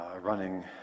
running